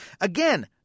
Again